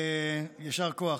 יישר כוח.